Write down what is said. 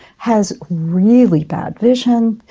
has really bad vision,